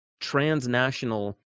transnational